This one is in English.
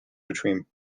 between